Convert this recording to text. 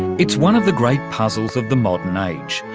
it's one of the great puzzles of the modern age,